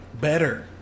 better